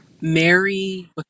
Mary